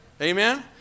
Amen